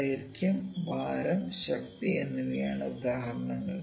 ദൈർഘ്യം ഭാരം ശക്തി എന്നിവയാണ് ഉദാഹരണങ്ങൾ